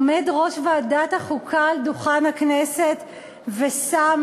עומד ראש ועדת החוקה על דוכן הכנסת ושם